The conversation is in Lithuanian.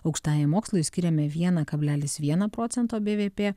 aukštajam mokslui skiriame vieną kablelis vieną procento bvp